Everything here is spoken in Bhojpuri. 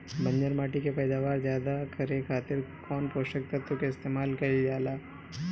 बंजर माटी के पैदावार ज्यादा करे खातिर कौन पोषक तत्व के इस्तेमाल कईल जाला?